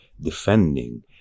defending